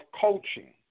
coaching